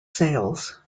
sales